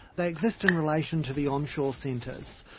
they exist in relation to the onshore centres.